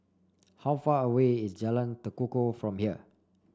how far away is Jalan Tekukor from here